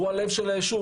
הוא הלב של היישוב.